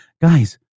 Guys